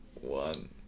one